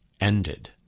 ended